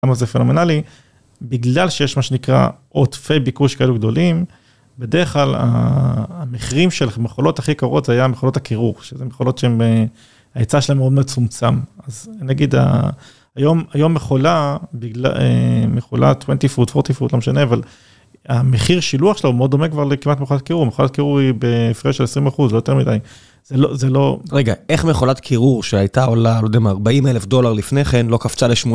למה זה פנומנלי? בגלל שיש מה שנקרא עודפי ביקוש כאלו גדולים, בדרך כלל המחירים של המכולות הכי יקרות זה היה מכולות הקירור, שזה מכולות שההיצע שלהם מאוד מצומצם. אז נגיד היום מכולה, .20ft, 40ft. לא משנה, אבל המחיר שילוח שלה הוא מאוד דומה כבר לכמעט מכולת קירור, מכולת קירור היא בהפרש של 20%. זה יותר מדי, זה לא... רגע, איך מכולת קירור שהייתה עולה, לא יודע, מה? -40 אלף דולר לפני כן, לא קפצה לשמונים